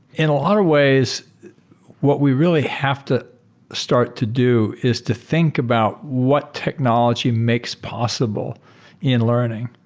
in a lot of ways what we really have to start to do is to think about what technology makes possible in learning.